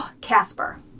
Casper